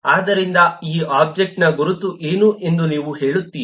ಆದ್ದರಿಂದ ಈ ಒಬ್ಜೆಕ್ಟ್ನ ಗುರುತು ಏನು ಎಂದು ನೀವು ಹೇಳುತ್ತೀರಿ